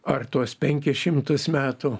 ar tuos penkis šimtus metų